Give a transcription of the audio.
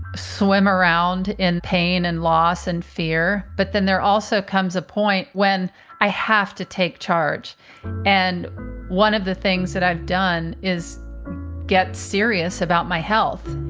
swim around in pain and loss and fear, but then there also comes a point when i have to take charge and one of the things that i've done is get serious about my health.